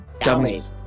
Dummies